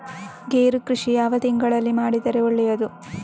ಗೇರು ಕೃಷಿ ಯಾವ ತಿಂಗಳಲ್ಲಿ ಮಾಡಿದರೆ ಒಳ್ಳೆಯದು?